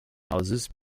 houses